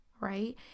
right